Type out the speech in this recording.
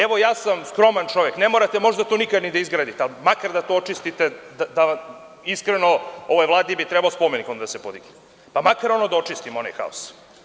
Evo ja sam skroman čovek, ne morate možda to nikada ni da izgradite, ali makar da to očistite, da bi onda, bar tako mislim, ovoj Vladi trebao spomenik da se podigne, makar da se očisti onaj haos.